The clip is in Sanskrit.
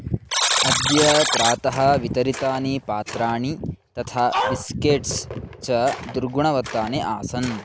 अद्य प्रातः वितरितानि पात्राणि तथा बिस्केट्स् च दुर्गुणवत्तानि आसन्